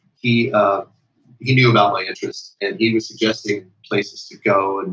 he ah he knew about my interests, and he was suggesting places to go. and